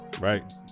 right